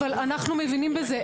אדוני, אבל אנחנו מבינים בזה.